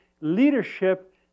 leadership